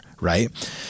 right